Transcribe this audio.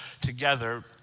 together